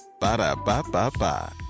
Ba-da-ba-ba-ba